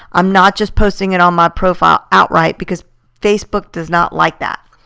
i'm not just posting it on my profile outright because facebook does not like that.